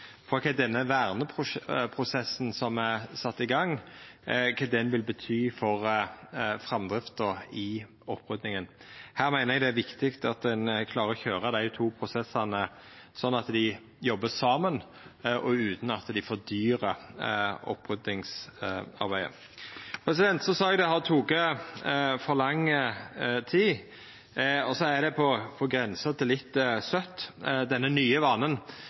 for kva denne verneprosessen som er sett i gang, vil bety for framdrifta i oppryddinga. Her meiner eg det er viktig at ein klarer å køyra dei to prosessane sånn at dei jobbar saman, og utan at det fordyrar oppryddingsarbeidet. Eg sa at det har teke for lang tid, og det er på grensa til litt søtt, denne nye vanen